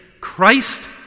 Christ